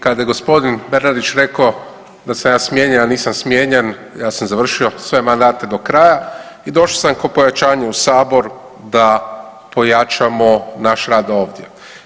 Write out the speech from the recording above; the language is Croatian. Kada je gospodin Bernardić rekao da sam ja smijenjen, ja nisam smijenjen, ja sam završio sve mandate do kraja i došao sam ko' pojačanje u Sabor da pojačamo naš rad ovdje.